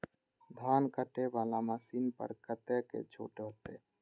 धान कटे वाला मशीन पर कतेक छूट होते?